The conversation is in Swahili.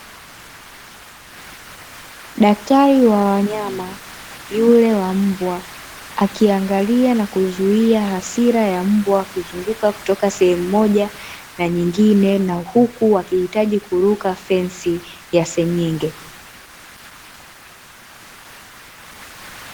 Daktari wa wanyama yule wa mbwa, akiangalia na kuzuia hasira ya mbwa akizunguka kutoka sehemu moja na nyingine, na huku akihitaji kuruka fensi ya senyenge.